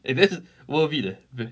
eh that's worth it leh